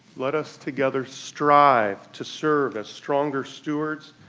let us together strive to serve as stronger stewards,